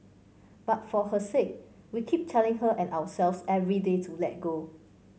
but for her sake we keep telling her and ourselves every day to let go